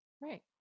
right